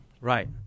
Right